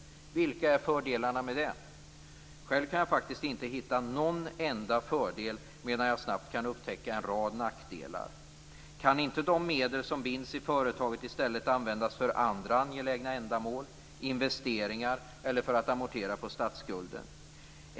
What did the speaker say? Vilka är fördelarna med det? Själv kan jag faktiskt inte hitta en enda fördel, medan jag snabbt kan upptäcka en rad nackdelar. Kan inte de medel som binds i företaget i stället användas för andra angelägna ändamål - till investeringar eller till att amortera på statsskulden?